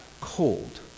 cold